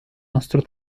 nostro